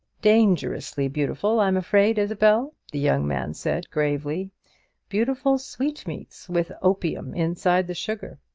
dangerously beautiful, i'm afraid, isabel, the young man said, gravely beautiful sweetmeats, with opium inside the sugar.